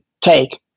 take